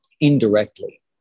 indirectly